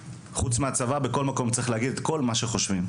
חוץ מהצבא, בכל מקום צריך להגיד את כל מה שחושבים,